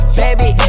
baby